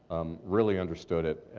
um really understood it.